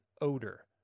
odor